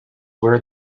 wear